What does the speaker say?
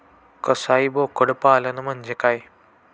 कसाई बोकड पालन म्हणजे काय?